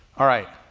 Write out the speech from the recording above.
all right.